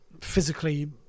physically